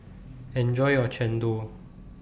Enjoy your Chendol